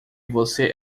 você